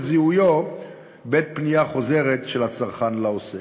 זיהויו בעת פנייה חוזרת של הצרכן לעוסק.